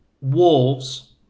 wolves